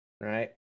right